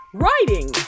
writing